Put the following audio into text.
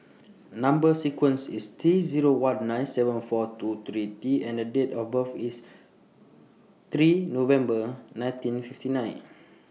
Number sequence IS T Zero one nine seven four two three T and Date of birth IS three November nineteen fifty nine